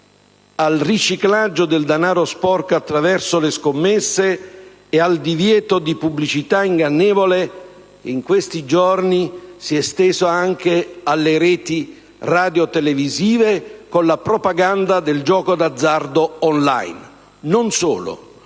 al riciclaggio del denaro sporco attraverso le scommesse e al divieto di pubblicità ingannevole, che in questi giorni si è estesa anche alle reti radiotelevisive con la propaganda del gioco d'azzardo *online*. Non solo,